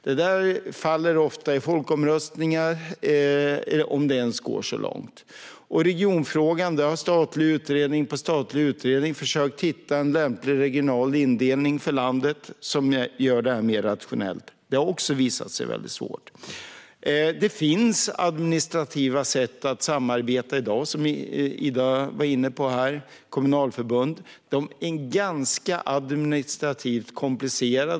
Detta faller ofta i folkomröstningar, om det ens går så långt. När det gäller regionfrågan har den ena statliga utredningen efter den andra försökt hitta en lämplig regional indelning för landet som gör detta mer rationellt. Det har också visat sig vara mycket svårt. Det finns administrativa sätt att samarbeta i dag, vilket Ida var inne på, nämligen genom kommunalförbund. De är administrativt ganska komplicerade.